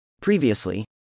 Previously